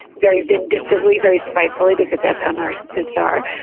very vindictively, very spitefully, because that's how narcissists are,